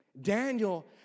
Daniel